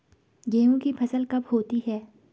गेहूँ की फसल कब होती है?